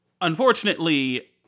Unfortunately